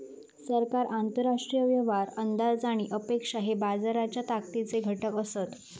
सरकार, आंतरराष्ट्रीय व्यवहार, अंदाज आणि अपेक्षा हे बाजाराच्या ताकदीचे घटक असत